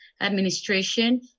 administration